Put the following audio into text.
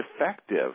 effective